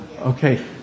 Okay